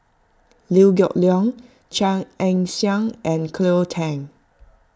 Liew Geok Leong Chia Ann Siang and Cleo Thang